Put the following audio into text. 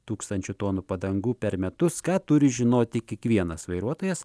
tūkstančių tonų padangų per metus ką turi žinoti kiekvienas vairuotojas